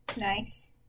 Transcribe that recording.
Nice